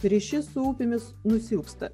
ryšys su upėmis nusilpsta